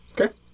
Okay